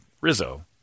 Rizzo